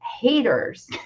haters